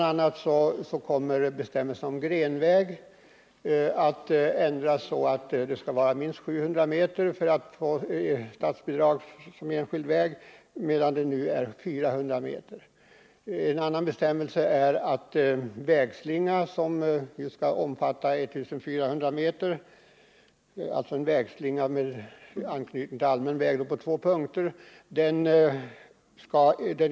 a. kommer bestämmelsen om grenväg att ändras så att det krävs att en sådan skall vara minst 700 m för att man skall få statsbidrag gällande enskild väg, medan det nu krävs 400 m. En annan bestämmelse gäller vägslinga med anknytning till allmän väg på två punkter.